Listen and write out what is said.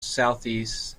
southeast